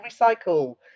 recycle